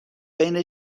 بین